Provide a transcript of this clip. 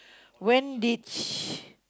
when did she